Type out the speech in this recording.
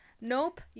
nope